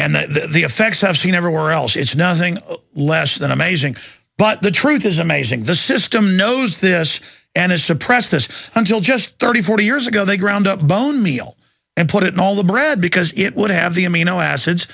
and the effects have seen everywhere else it's nothing less than amazing but the truth is amazing the system knows this and has suppressed this until just thirty forty years ago they ground up bone meal and put it in all the bread because it would have the amino acids